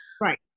Right